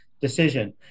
Decision